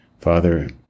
Father